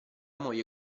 moglie